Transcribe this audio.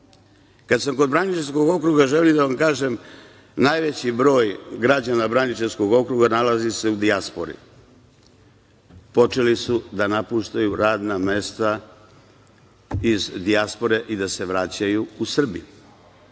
sam kod Braničevskog okruga, želim da vam kažem najveći broj građana Braničevskog okruga nalazi se u dijaspori. Počeli su da napuštaju radna mesta iz dijaspore i da se vraćaju u Srbiju.